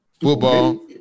Football